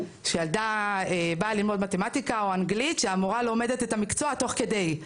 כשהילדה באה ללמוד מתמטיקה או אנגלית שהמורה לומדת את הנושא תוך כדי,